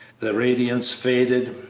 the radiance faded,